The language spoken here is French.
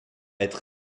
être